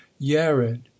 Yared